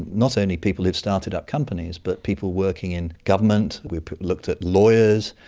not only people who've started up companies but people working in government, we looked at lawyers,